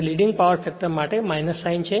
leading power factor માટેનું sine છે